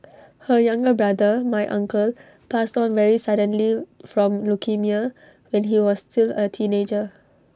her younger brother my uncle passed on very suddenly from leukaemia when he was still A teenager